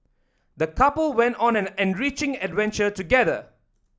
the couple went on an enriching adventure together